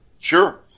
sure